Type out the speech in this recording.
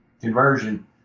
conversion